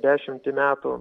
dešimtį metų